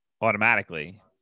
automatically